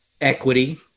equity